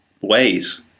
ways